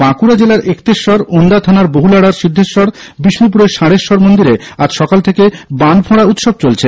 বাঁকুড়া জেলার এক্তেশ্বর ওন্দা থানার বহুলাড়ার সিদ্ধেশ্বর বিষ্ণুপুরের ষাঁড়েশ্বর মন্দিরে আজ সকাল থেকে বান ফোঁড়া উৎসব চলছে